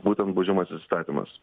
būtent baudžiamasis įstatymas